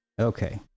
Okay